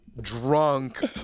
Drunk